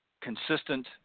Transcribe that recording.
consistent